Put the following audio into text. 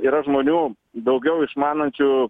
yra žmonių daugiau išmanančių